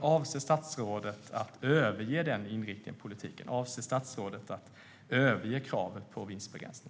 Avser statsrådet att överge denna inriktning i politiken? Avser statsrådet att överge kravet på vinstbegränsning?